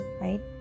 right